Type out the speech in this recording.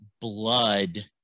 blood